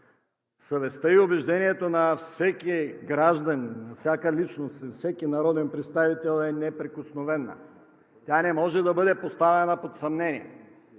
съвестта и убеждението на всеки гражданин, на всяка личност, на всеки народен представител е неприкосновена. Тя не може да бъде поставена под съмнение.